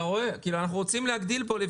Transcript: אנחנו רוצים להגדיל פה.